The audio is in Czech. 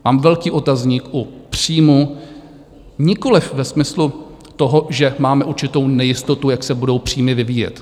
Mám velký otazník u příjmů nikoliv ve smyslu toho, že máme určitou nejistotu, jak se budou příjmy vyvíjet.